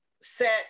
set